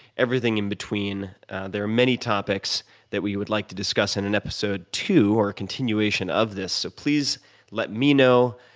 everything in between there are many topics that we would like to discuss in an episode two, or a continuation of this. so please let me know,